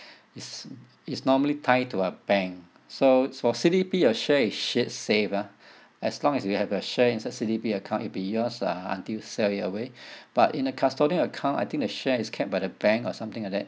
it's it's normally tied to a bank so so C_D_P your share it should save uh as long as you have a share inside C_D_P account it'll be yours uh until you sell it away but in a custodial account I think the share is kept by the bank or something like that